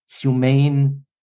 humane